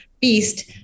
beast